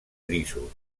grisos